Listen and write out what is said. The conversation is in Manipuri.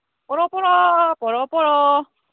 ꯄꯣꯔꯛꯑꯣ ꯄꯣꯔꯛꯑꯣ ꯄꯣꯔꯛꯑꯣ ꯄꯣꯔꯛꯑꯣ